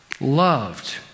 loved